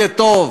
יהיה טוב.